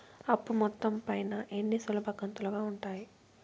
అప్పు మొత్తం పైన ఎన్ని సులభ కంతులుగా ఉంటాయి?